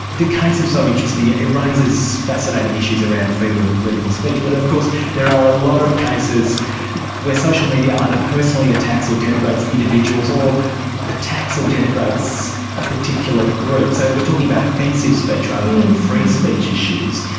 the case is so interesting, it raises fascinating issues around freedom of political speech, but of course there are a lot of cases where social media either personally attacks or denigrates individuals or attacks or denigrates a particular group. so we're talking about offensive speech rather than free speech issues.